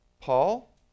Paul